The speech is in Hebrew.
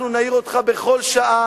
אנחנו נעיר אותך בכל שעה,